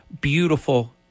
beautiful